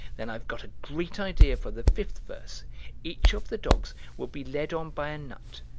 then i've got a great idea for the fifth verse each of the dogs will be led on by a nut,